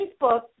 Facebook